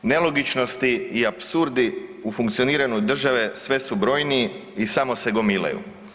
Nelogičnosti i apsurdi u funkcioniranju države sve su brojniji i samo se gomilaju.